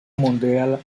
mundial